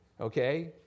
okay